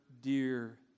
dear